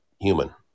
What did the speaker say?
human